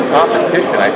Competition